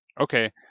Okay